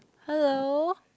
hello